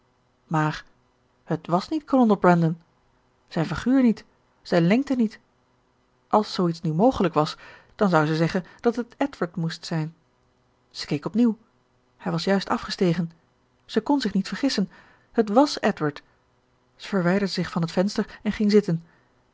beven maar het was niet kolonel brandon zijn figuur niet zijn lengte niet als zooiets nu mogelijk was dan zou zij zeggen dat het edward moest zijn zij keek opnieuw hij was juist afgestegen zij kon zich niet vergissen het was edward ze verwijderde zich van het venster en ging zitten